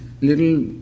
little